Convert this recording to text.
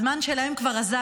הזמן שלהם כבר אזל.